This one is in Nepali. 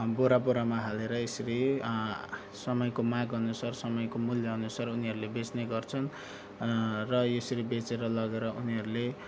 बोराबोरामा हालेर यसरी समयको मागअनुसार समयको मूल्यअनुसार उनीहरूले बेच्ने गर्छन् र यसरी बेचेर लगेर उनीहरूले